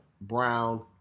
brown